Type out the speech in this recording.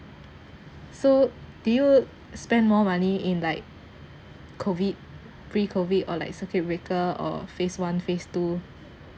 so did you spend more money in like COVID pre COVID or like circuit breaker or phase one phase two